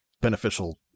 beneficial